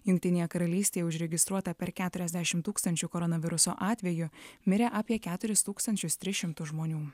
jungtinėje karalystėje užregistruota per keturiasdešim tūkstančių koronaviruso atvejų mirė apie keturis tūkstančius tris šimtus žmonių